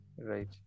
Right